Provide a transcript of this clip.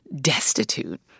destitute